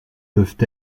peuvent